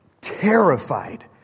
terrified